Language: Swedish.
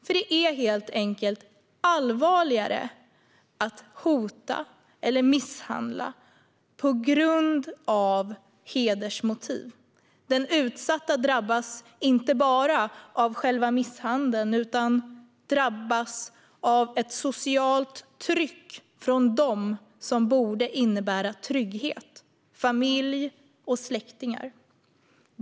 För det är helt enkelt allvarligare att hota eller misshandla på grund av hedersmotiv. Den utsatta drabbas inte bara av själva misshandeln utan drabbas också av ett socialt tryck från dem som borde innebära trygghet: familj och släktingar.